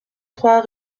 trois